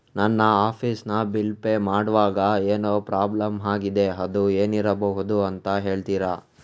ನನ್ನ ಆಫೀಸ್ ನ bill pay ಮಾಡ್ವಾಗ ಏನೋ ಪ್ರಾಬ್ಲಮ್ ಆಗಿದೆ ಅದು ಏನಿರಬಹುದು ಅಂತ ಹೇಳ್ತೀರಾ?